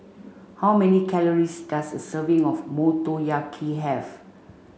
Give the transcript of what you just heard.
how many calories does a serving of Motoyaki have